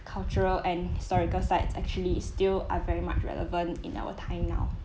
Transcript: cultural and historical sites actually still are very much relevant in our time now